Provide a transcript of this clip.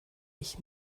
ich